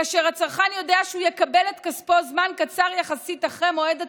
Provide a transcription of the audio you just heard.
כאשר הצרכן יודע שהוא יקבל את כספו זמן קצר יחסית אחרי מועד הטיסה,